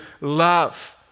love